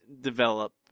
develop